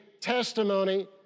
testimony